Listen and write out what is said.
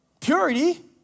purity